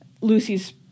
Lucy's